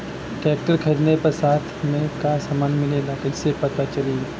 Tractor खरीदले पर साथ में का समान मिलेला कईसे पता चली?